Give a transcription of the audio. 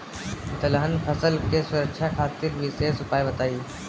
दलहन फसल के सुरक्षा खातिर विशेष उपाय बताई?